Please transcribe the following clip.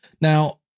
Now